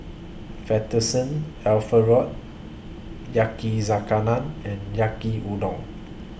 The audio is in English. Fettuccine Alfredo Yakizakana and Yaki Udon